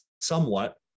somewhat